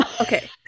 okay